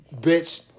bitch